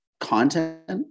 content